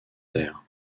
terre